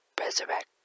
resurrect